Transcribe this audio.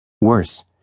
Worse